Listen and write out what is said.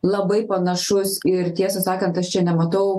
labai panašus ir tiesą sakant aš čia nematau